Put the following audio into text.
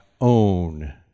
own